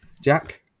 Jack